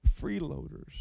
freeloaders